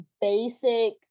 basic